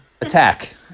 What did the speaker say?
Attack